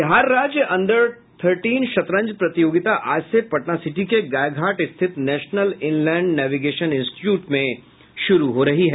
बिहार राज्य under thirteen शतरंज प्रतियोगिता आज से पटना सिटी के गायघाट स्थित नेशनल इनलैंड नेविगेशन इंस्टीच्यूट में शुरू हो रही है